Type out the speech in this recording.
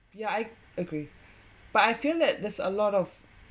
yeah I agree but I feel that there's a lot of